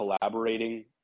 collaborating